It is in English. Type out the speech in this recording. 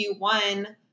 Q1